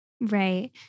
Right